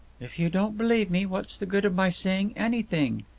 if you don't believe me, what's the good of my saying anything?